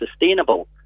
sustainable